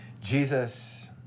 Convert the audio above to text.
Jesus